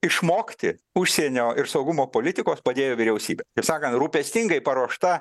išmokti užsienio ir saugumo politikos padėjo vyriausybė kaip sakan rūpestingai paruošta